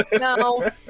No